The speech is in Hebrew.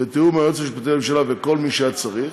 כל מי שהיה צריך.